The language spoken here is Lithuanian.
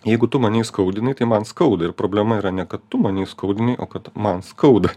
jeigu tu mane įskaudinai tai man skauda ir problema yra ne kad tu mane įskaudinai o kad man skauda